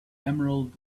emerald